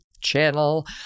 Channel